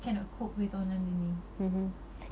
cannot cope with online learning